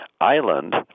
island